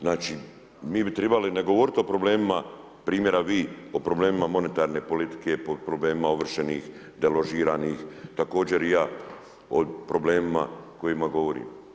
Znači mi bi tribali ne govorit o problemima primjera vi o problemima monetarne politike, problemima ovršenih, deložiranih, također i ja o problemima kojima govorim.